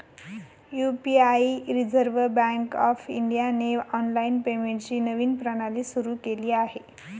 UPI reserve bank of इंडियाने online पेमेंटची नवीन प्रणाली सुरू केली आहे